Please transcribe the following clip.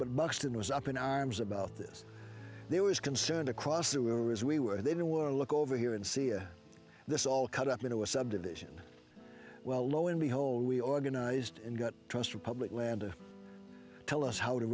buxton was up in arms about this there was concern across the river as we were they were look over here and see this all cut up into a subdivision well lo and behold we organized and got trusted public land to tell us how to